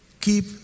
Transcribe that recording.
keep